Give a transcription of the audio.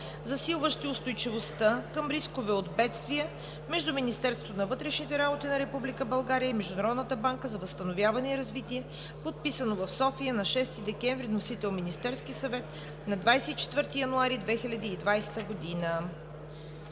засилващи устойчивостта към рискове от бедствия, между Министерството на вътрешните работи на Република България и Международната банка за възстановяване и развитие, подписано в София на 6 декември 2019 г., № 002-02-1, внесен от Министерския съвет на 24 януари 2020 г.“